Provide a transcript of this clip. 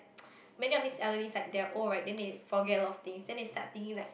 many of these elderlies like they are old right then they forget a lot of things then they start thinking like